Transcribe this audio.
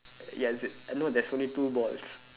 yes no there's only two balls